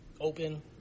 open